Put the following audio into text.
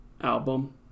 album